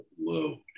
load